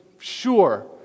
sure